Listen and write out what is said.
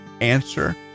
answer